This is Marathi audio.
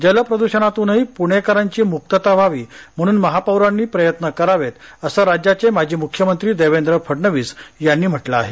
जलप्रदूषणातूनही पुणेकरांची मुक्तता व्हावी म्हणून महापौरांनी प्रयत्न करावेत असं राज्याचे माजी मुख्यमंत्री देवेंद्र फडणवीस यांनी म्हटले आहे